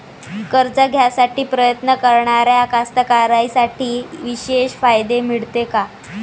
कर्ज घ्यासाठी प्रयत्न करणाऱ्या कास्तकाराइसाठी विशेष फायदे मिळते का?